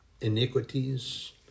iniquities